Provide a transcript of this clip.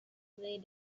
they